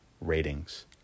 ratings